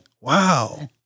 wow